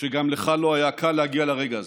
שגם לך לא היה קל להגיע לרגע הזה.